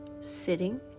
sitting